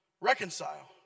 Reconcile